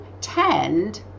tend